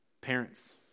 Parents